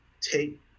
Take